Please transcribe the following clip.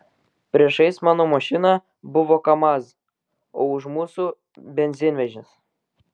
priešais mano mašiną buvo kamaz o už mūsų benzinvežis